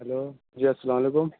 hello جی السلام علیکم